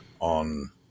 on